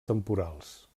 temporals